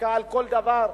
לחקיקה על כל דבר,